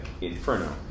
Inferno